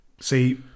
See